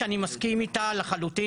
שאני מסכים איתה לחלוטין,